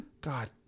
God